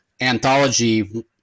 anthology